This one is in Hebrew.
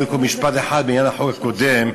קודם כול משפט אחד בעניין החוק הקודם.